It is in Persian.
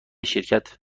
شرکت